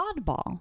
Oddball